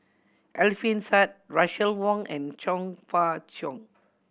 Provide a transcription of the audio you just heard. Alfian Sa'at Russel Wong and Chong Fah Cheong